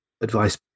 advice